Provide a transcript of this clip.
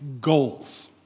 goals